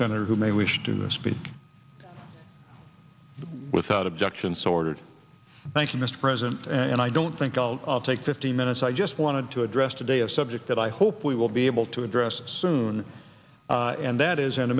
senator who may wish to speak without objection sword thank you mr president and i don't think i'll take fifteen minutes i just wanted to address today a subject that i hope we will be able to address soon and that is an